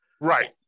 Right